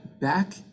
Back